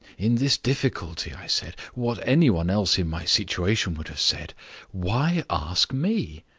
in this difficulty, i said, what any one else in my situation would have said why ask me?